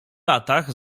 latach